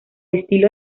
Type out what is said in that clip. estilo